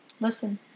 Listen